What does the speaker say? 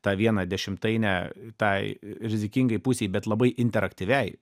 tą vieną dešimtainę tai rizikingai pusei bet labai interaktyviai